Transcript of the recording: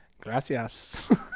Gracias